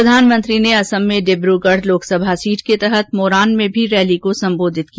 प्रधानमंत्री ने असम में डिक्रूगढ़ लोकसभा सीट के तहत मोरान में भी रैली को सम्बोधित किया